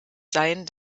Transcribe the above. sein